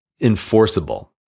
enforceable